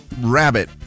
rabbit